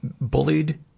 bullied